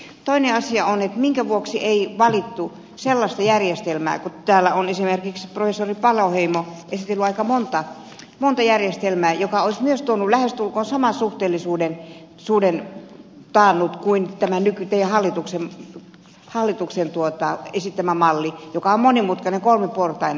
toinen asia on että minkä vuoksi ei valittu sellaista järjestelmää täällä on esimerkiksi professori paloheimo esitellyt aika monta järjestelmää joka olisi taannut lähestulkoon saman suhteellisuuden kuin tämä hallituksen esittämä malli joka on monimutkainen kolmiportainen